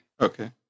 Okay